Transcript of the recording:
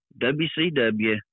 WCW